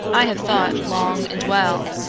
i have thought long and well,